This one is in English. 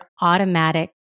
automatic